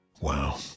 Wow